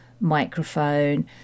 microphone